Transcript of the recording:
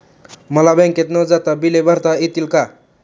मला बँकेत न जाता बिले भरता येतील का?